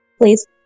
please